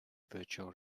virtual